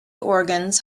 organs